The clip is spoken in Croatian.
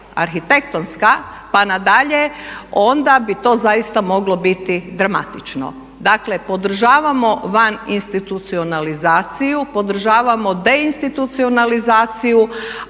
pa nadalje onda bi to zaista moglo biti dramatično. Dakle podržavamo van institucionalizaciju, podržavamo deinstitucionalizaciju